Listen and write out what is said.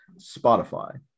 Spotify